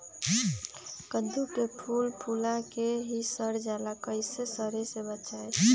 कददु के फूल फुला के ही सर जाला कइसे सरी से बचाई?